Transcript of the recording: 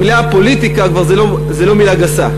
המילה "פוליטיקה" היא כבר לא מילה גסה.